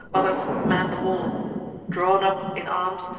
others man the wall drawn up in arms,